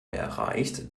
erreicht